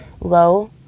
low